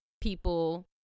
people